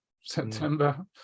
september